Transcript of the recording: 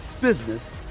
business